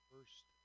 first